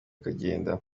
akagenda